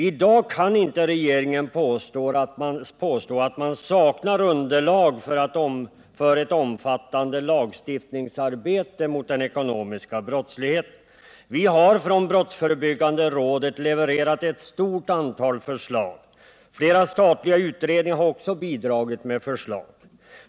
I dag kan inte regeringen påstå att man saknar underlag för ett omfattande lagstiftningsarbete mot den ekonomiska brottsligheten. Vi har från brottsfö rebyggande rådet levererat ett stort antal förslag. Flera statliga utredningar har också bidragit med förslag.